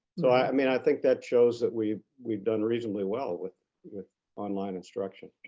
so, i mean, i think that shows that we've we've done reasonably well with with online instruction.